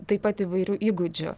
taip pat įvairių įgūdžių